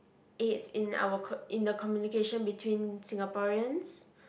it's in our c~ in the communication between Singaporeans